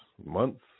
months